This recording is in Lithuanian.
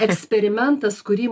eksperimentas kurį